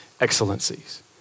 excellencies